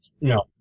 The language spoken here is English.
No